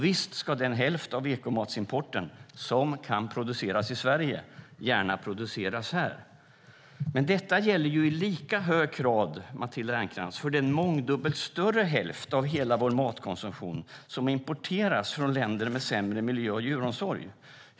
Visst ska den hälft av ekomatsimporten som kan produceras i Sverige gärna produceras här. Men, Matilda Ernkrans, detta gäller i lika hög grad för den mångdubbelt större hälft av hela vår matkonsumtion som importeras från länder med sämre miljö och djuromsorg.